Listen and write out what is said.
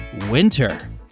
winter